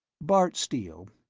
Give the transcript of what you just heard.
bart steele,